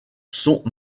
sont